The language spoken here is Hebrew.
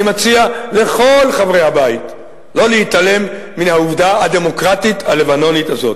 אני מציע לכל חברי הבית לא להתעלם מהעובדה הדמוקרטית הלבנונית הזו.